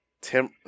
Tim